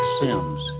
Sims